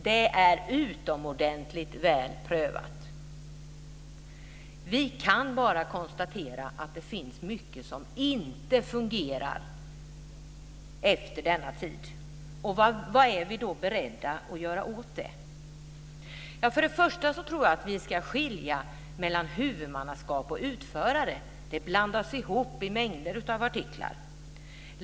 Det är utomordentligt väl prövat. Vi kan bara konstatera att det finns mycket som inte fungerar efter denna tid. Vad är vi då beredda att göra åt det? För det första tror jag att vi ska skilja mellan huvudmannaskap och utförare. Det blandas ihop i mängder av artiklar.